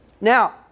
Now